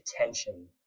attention